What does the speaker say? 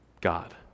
God